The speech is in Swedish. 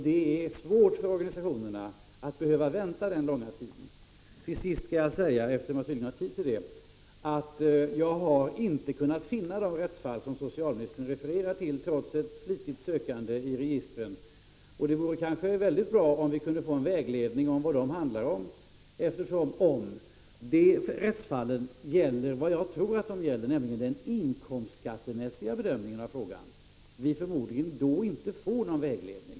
Det är svårt för organisationerna att behöva vänta den långa tiden. Till sist vill jag säga — eftersom jag tydligen har tid till det — att jag inte har kunnat finna de rättsfall som socialministern refererar till, trots ett flitigt sökande i registren. Det vore kanske bra om vi kunde få en vägledning beträffande vad de handlar om, eftersom dessa rättsfall — om de handlar om vad jag tror att de handlar om, nämligen den inkomstskattemässiga bedömningen av frågan — förmodligen inte ger någon vägledning.